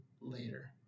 later